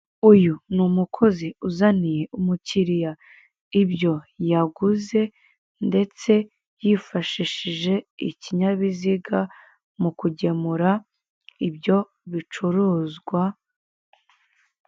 Uyu ni umukozi uzaniye umukiriya ibyo yaguze ndetse yifashishije ikinyabiziga mu kugemura ibyo bicuruzwa.